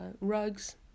rugs